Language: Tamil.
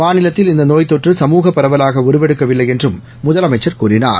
மாநிலத்தில் இந்த நோய் தொற்று சமூக பரவலாக உருவெடுக்கவில்லை என்றும் முதலமைச்சா் கூறினார்